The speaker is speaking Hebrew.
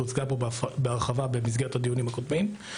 הוצגה פה בהרחבה במסגרת הדיונים הקודמים,